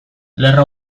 lerro